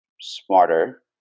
Smarter